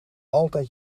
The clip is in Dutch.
altijd